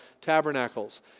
Tabernacles